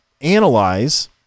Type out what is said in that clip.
analyze